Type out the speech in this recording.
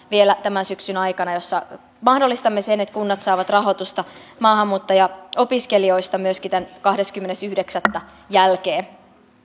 vielä tämän syksyn aikana lainsäädäntöä jossa mahdollistamme sen että kunnat saavat rahoitusta maahanmuuttajaopiskelijoista myöskin tämän kahdeskymmenes yhdeksättä jälkeen